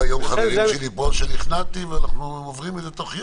היום חברים שלי שנכנעתי ואנחנו מעבירים את זה תוך יום,